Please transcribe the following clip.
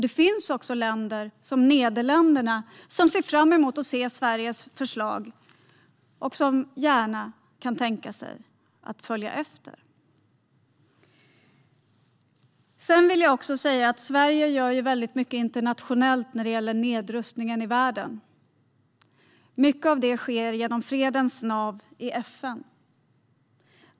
Det finns också länder, såsom Nederländerna, som ser fram emot Sveriges förslag och som kan tänka sig att följa efter. Sverige gör väldigt mycket internationellt när det gäller nedrustning i världen. Mycket av det sker genom fredens nav i FN.